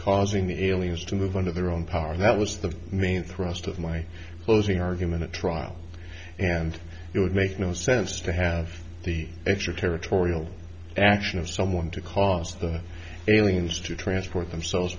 causing the aliens to move under their own power that was the main thrust of my closing argument at trial and it would make no sense to have the extra territorial action of someone to cause the aliens to transport themselves